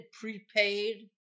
prepaid